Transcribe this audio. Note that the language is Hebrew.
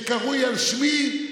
שקרוי על שמי,